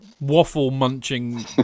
waffle-munching